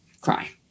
cry